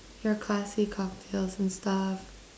your classy cocktails and stuff